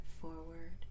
forward